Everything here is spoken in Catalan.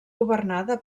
governada